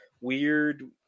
weird